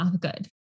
good